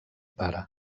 pare